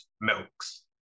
milks